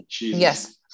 Yes